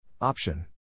Option